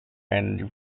and